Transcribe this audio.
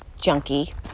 junkie